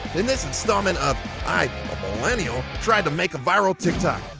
in this installment of i, a millennial, tried to make a viral tiktok,